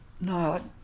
No